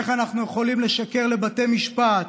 איך אנחנו יכולים לשקר לבתי משפט,